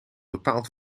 bepaald